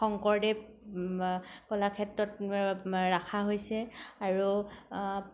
শংকৰদেৱ কলাক্ষেত্ৰত ৰাখা হৈছে আৰু